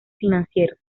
financieros